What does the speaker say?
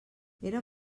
era